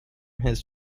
his